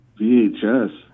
VHS